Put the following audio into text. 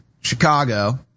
Chicago